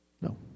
No